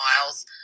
miles